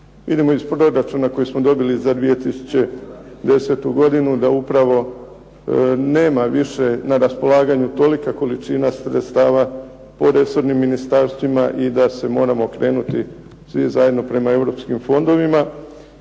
Idemo iz proračuna koji smo dobili za 2010. godinu da upravo nema više na raspolaganju tolika količina sredstava po resornim ministarstvima i da se moramo okrenuti svi zajedno prema Europskim fondovima,